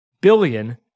billion